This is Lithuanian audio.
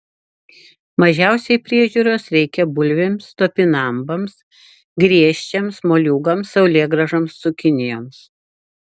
mažiausiai priežiūros reikia bulvėms topinambams griežčiams moliūgams saulėgrąžoms cukinijoms